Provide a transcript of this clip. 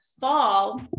fall